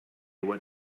what